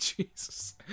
Jesus